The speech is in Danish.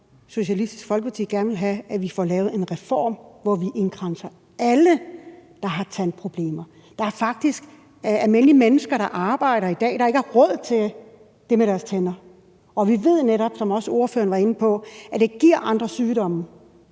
Socialistisk Folkeparti gerne vil have, at vi får lavet en reform, hvor vi indkranser alle, der har tandproblemer. Der er faktisk almindelige mennesker, der arbejder i dag, der ikke har råd til det med deres tænder, og vi ved netop, som også ordføreren var inde på, at det giver andre sygdomme.